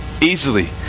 Easily